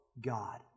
God